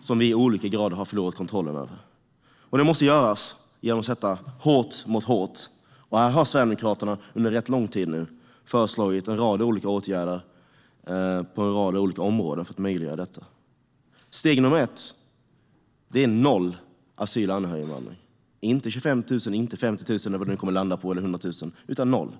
som vi i olika grad har förlorat kontrollen över. Det måste göras genom att sätta hårt mot hårt. Sverigedemokraterna har under en rätt lång tid föreslagit en rad olika åtgärder på en rad olika områden för att möjliggöra detta. Steg nummer ett är noll asyl och anhöriginvandring, inte 25 000, inte 50 000, inte 100 000, utan noll.